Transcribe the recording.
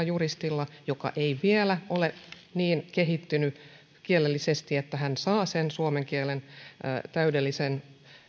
juristi joka ei vielä ole niin kehittynyt kielellisesti että hän pärjää siinä suomen kielen kokeessa täydellisesti